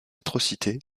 atrocités